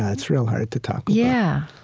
ah it's real hard to talk yeah